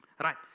Right